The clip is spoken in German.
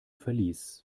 verlies